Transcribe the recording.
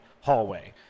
hallway